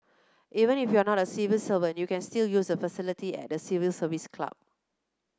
even if you are not a civil servant you can still use the facility at the Civil Service Club